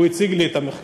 הוא הציג לי את המחקר.